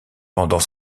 pendant